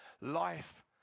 Life